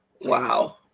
Wow